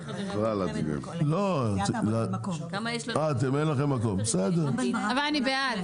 אבל אני בעד.